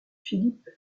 philippe